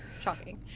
Shocking